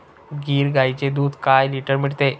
गीर गाईचे दूध काय लिटर मिळते?